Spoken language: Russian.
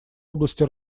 области